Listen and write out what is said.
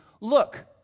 Look